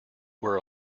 were